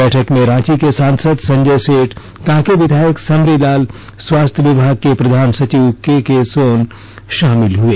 बैठक में रांची के सांसद संजय सेठ कांके विधायक समरी लाल स्वास्थ्य विभाग के प्रधान सचिव केके सोन आदि शामिल हुए